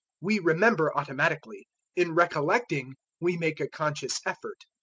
we remember automatically in recollecting we make a conscious effort.